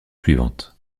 suivante